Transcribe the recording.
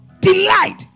Delight